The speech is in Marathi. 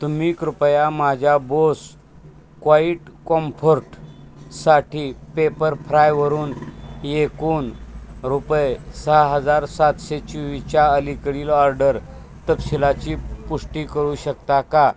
तुम्ही कृपया माझ्या बोस क्वाईट कॉम्फर्टसाठी पेपरफ्रायवरून एकूण रुपये सहा हजार सातशे चोवीसच्या अलीकडील ऑर्डर तपशिलाची पुष्टी करू शकता का